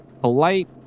polite